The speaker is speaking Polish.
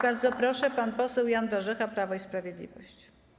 Bardzo proszę, pan poseł Jan Warzecha, Prawo i Sprawiedliwość.